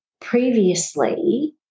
previously